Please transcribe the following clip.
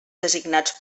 designats